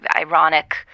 ironic